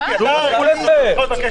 מיקי, אתה האחרון שיכול לבקש את זה.